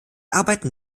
arbeiten